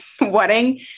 wedding